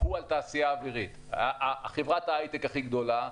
הוא על התעשייה האווירית חברת ההייטק הכי גדולה,